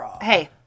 Hey